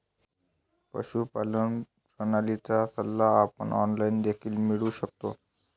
पशुपालन प्रणालीचा सल्ला आपण ऑनलाइन देखील मिळवू शकतो